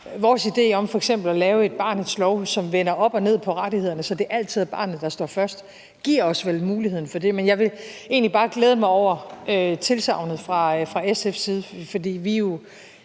vores idé om f.eks. at lave en barnets lov, som vender op og ned på rettighederne, så det altid er barnet, der står først, giver os vel muligheden for det. Men jeg vil egentlig bare glæde mig over tilsagnet fra SF's side, fordi vi jo